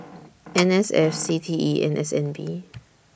N S F C T E and S N B